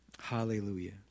Hallelujah